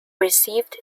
received